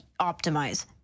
optimize